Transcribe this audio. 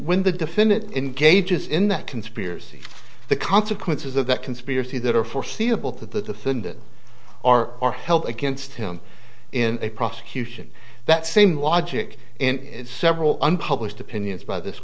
when the defendant engages in that conspiracy the consequences of that conspiracy that are foreseeable that the defendant or or help against him in a prosecution that same logic in several unpublished opinions by this